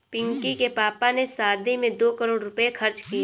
पिंकी के पापा ने शादी में दो करोड़ रुपए खर्च किए